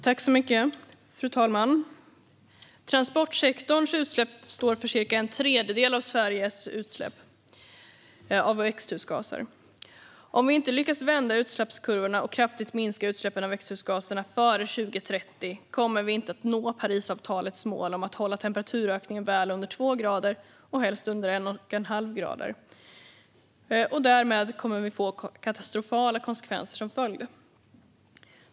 Fru talman! Transportsektorns utsläpp står för cirka en tredjedel av Sveriges utsläpp av växthusgaser. Om vi inte lyckas vända utsläppskurvorna och kraftigt minska utsläppen av växthusgaser före 2030 kommer vi inte att nå Parisavtalets mål om att hålla temperaturökningen väl under två grader och helst under en och en halv grad, vilket kommer att få katastrofala konsekvenser.